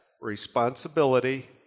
responsibility